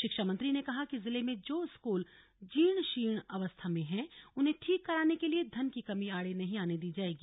शिक्षा मंत्री ने कहा कि जिले में जो स्कूल जीर्ण शीर्ण अवस्था में हैं उन्हें ठीक कराने के लिए धन की कमी आड़े नहीं आने दी जायेगी